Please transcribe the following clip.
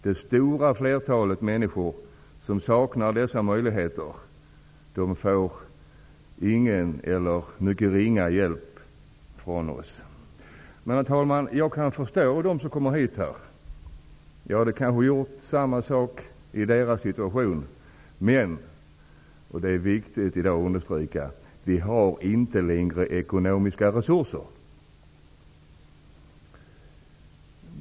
Det stora flertalet människor som saknar dessa möjligheter får ingen eller mycket ringa hjälp av oss. Herr talman! Jag kan förstå dem som kommer hit. Jag hade kanske gjort samma sak i deras situation. Men -- det är viktigt att understryka i dag -- vi har inte längre ekonomiska resurser.